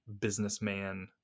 businessman